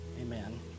Amen